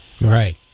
Right